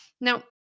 Now